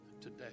today